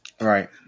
Right